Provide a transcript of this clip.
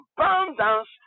Abundance